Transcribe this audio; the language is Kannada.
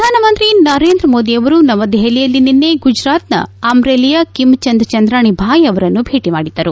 ಪ್ರಧಾನಮಂತ್ರಿ ನರೇಂದ್ರ ಮೋದಿ ಅವರು ನವದೆಹಲಿಯಲ್ಲಿ ನಿನ್ನೆ ಗುಜರಾತ್ನ ಅಮ್ರೇಲಿಯ ಕಿಮ್ಚಂದ್ ಚಂದ್ರಾಣಿ ಭಾಯ್ ಅವರನ್ನು ಭೇಟಿ ಮಾದಿದ್ದರು